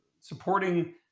supporting